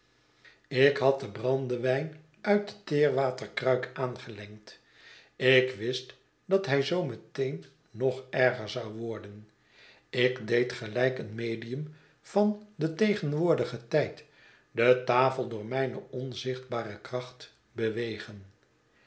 ik had den brandewijn uit de teerwaterkruik aangelengd ik wist dat hij zoo meteen nog erger zou worden ik deed gehjk een medium van den tegenwoordigen tijd de tafel door mijne onzichtbare kracht bew